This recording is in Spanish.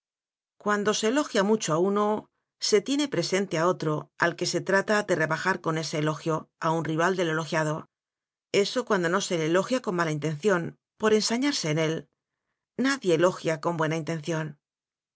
cuando se elogia mucho a uno se tiene presente a otro al que se trata de rebajar con ese elogio a un rival del elogiado eso cuando no se le elogia con mala intención por ensañarse en él nadie elogia con buena intención